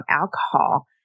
alcohol